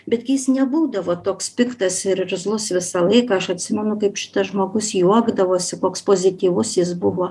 betgi jis nebūdavo toks piktas ir irzlus visą laiką aš atsimenu kaip šitas žmogus juokdavosi koks pozityvus jis buvo